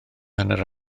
hanner